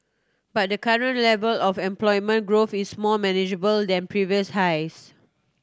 but the current level of employment growth is more manageable than previous highs